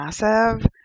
massive